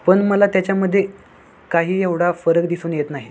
पण मला त्याच्यामध्ये काही एवढा फरक दिसून येत नाही